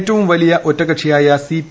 ഏറ്റവും വലിയ ഒറ്റക്കക്ഷിയായ സിപി